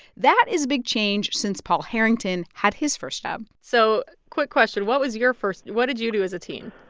that is a big change since paul harrington had his first job so quick question what was your first what did you do as a teen?